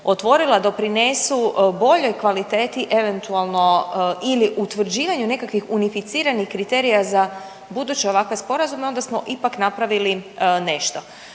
otvorila doprinesu boljoj kvaliteti eventualno ili utvrđivanju nekakvih unificiranih kriterija za buduće ovakve sporazume, onda smo ipak napravili nešto.